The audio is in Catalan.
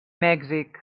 mèxic